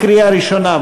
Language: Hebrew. לקריאה ראשונה.